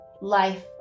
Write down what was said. life